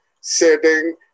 sitting